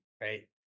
right